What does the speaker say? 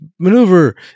maneuver